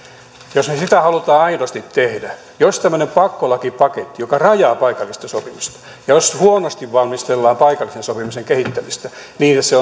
jos me sitä haluamme aidosti tehdä jos on tämmöinen pakkolakipaketti joka rajaa paikallista sopimista ja jos huonosti valmistellaan paikallisen sopimisen kehittämistä niin että se